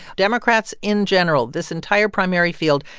democrats in general this entire primary field,